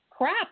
crap